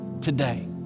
today